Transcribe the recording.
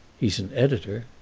he's an editor.